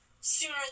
sooner